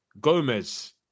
Gomez